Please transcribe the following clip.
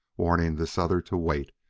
warning this other to wait,